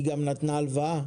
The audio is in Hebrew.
היא נותנת גם הלוואה.